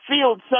field